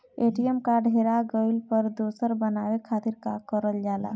ATM card हेरा गइल पर दोसर बनवावे खातिर का करल जाला?